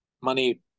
money